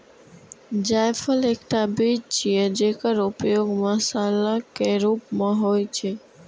जायफल एकटा बीज छियै, जेकर उपयोग मसालाक रूप मे होइ छै